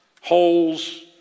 holes